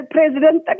President